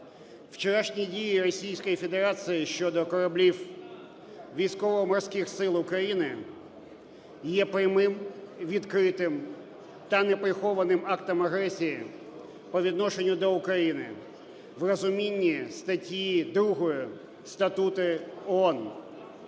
Вчорашні дії Російської Федерації щодо кораблів Військово-Морських Сил України є прямим і відкритим, та неприхованим актом агресії по відношенню до України в розумінні статті 2 Статуту ООН.